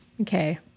Okay